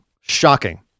Shocking